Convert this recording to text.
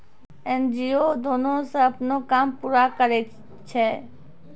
NGO दानो से अपनो काम पूरा करै छै